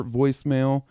voicemail